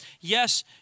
Yes